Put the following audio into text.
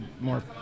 more